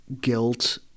guilt